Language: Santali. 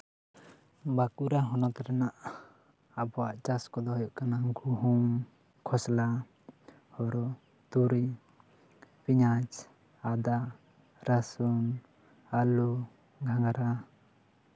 ᱵᱟᱸᱠᱩᱲᱟ ᱦᱚᱱᱚᱛ ᱨᱮᱱᱟᱜ ᱟᱵᱚᱣᱟᱜ ᱪᱟᱥ ᱠᱚᱫᱚ ᱦᱩᱭᱩᱜ ᱠᱟᱱᱟ ᱜᱩᱦᱩᱢ ᱠᱷᱚᱥᱞᱟ ᱦᱳᱲᱳ ᱯᱮᱸᱭᱟᱡᱽ ᱟᱫᱟ ᱨᱟᱹᱥᱩᱱ ᱟᱞᱩ ᱜᱷᱟᱝᱨᱟ